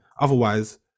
Otherwise